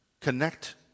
connect